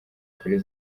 kuri